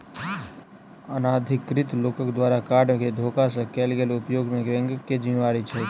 अनाधिकृत लोकक द्वारा कार्ड केँ धोखा सँ कैल गेल उपयोग मे बैंकक की जिम्मेवारी छैक?